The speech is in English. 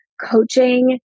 coaching